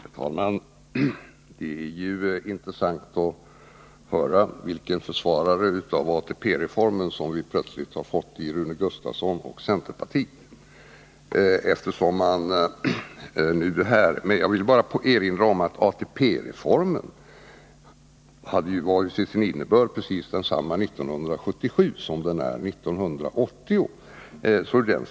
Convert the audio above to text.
Herr talman! Det är ju intressant att höra vilken försvarare av ATP reformen som vi plötsligt fått i Rune Gustavsson och centerpartiet. Jag vill bara erinra om att ATP-reformen var precis densamma 1977 som den är 1980.